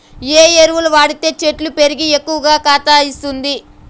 ఏ ఎరువులు వాడితే చెట్టు పెరిగి ఎక్కువగా కాత ఇస్తుంది?